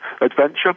adventure